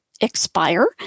expire